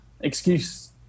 excuse